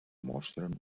mostren